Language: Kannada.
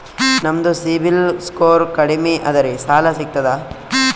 ನಮ್ದು ಸಿಬಿಲ್ ಸ್ಕೋರ್ ಕಡಿಮಿ ಅದರಿ ಸಾಲಾ ಸಿಗ್ತದ?